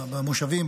במושבים,